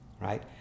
right